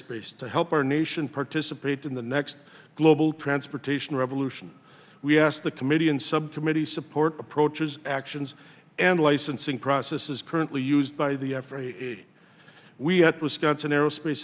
space to help our nation participate in the next global transportation revolution we asked the committee in subcommittee support approaches actions and licensing process is currently used by the f a a we have wisconsin aerospace